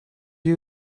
you